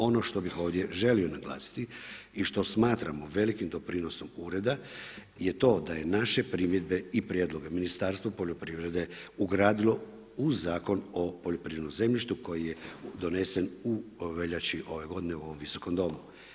Ono što bih ovdje želio naglasiti i što smatramo velikim doprinosom Ureda je to da je naše primjedbe i prijedloge Ministarstvo poljoprivrede ugradilo u Zakon o poljoprivrednom zemljištu koji je donesen u veljači ove godine u ovom Visokom domu.